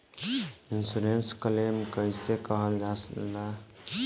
Insurance claim कइसे कइल जा ले?